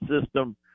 system